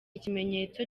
ikimenyetso